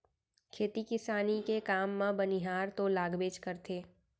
खेती किसानी के काम म बनिहार तो लागबेच करथे